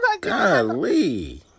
golly